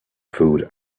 food